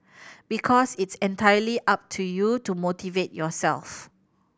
because it's entirely up to you to motivate yourself